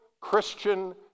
Christian